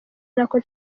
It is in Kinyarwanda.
nako